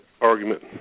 argument